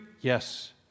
Yes